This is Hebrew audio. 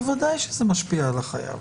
בוודאי שזה משפיע על החייב.